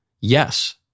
Yes